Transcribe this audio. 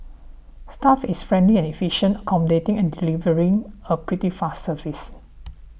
staff is friendly and efficient accommodating and delivering a pretty fast service